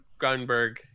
gunberg